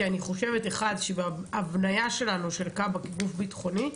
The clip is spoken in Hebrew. כי אני חושבת קודם כול שבהבניה שלנו של כב"ה כגוף ביטחוני,